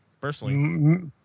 Personally